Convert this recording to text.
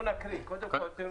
אנחנו נקריא, קודם כול.